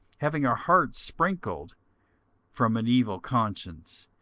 having our hearts sprinkled from an evil conscience,